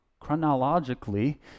chronologically